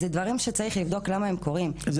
אלו דברים שצריך לבדוק למה הם קוראים זה